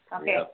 Okay